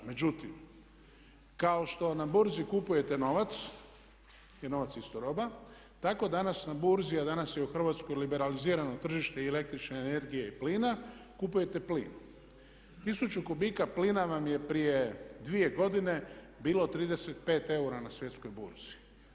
Međutim, kao što na burzi kupujete novac jer novac je isto roba tako danas na burzi, a danas je u Hrvatskoj liberalizirano tržište i električne energije i plina, kupujete plin. tisuću kubika plina vam je prije dvije godine bilo 35 EUR-a na svjetskoj burzi.